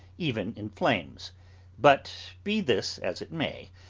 even in flames but be this as it may,